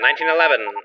1911